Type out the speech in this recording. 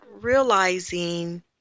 realizing